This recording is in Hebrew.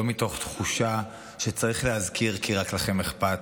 לא מתוך תחושה שצריך להזכיר כי רק לכם אכפת,